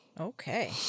Okay